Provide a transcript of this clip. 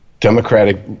Democratic